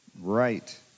Right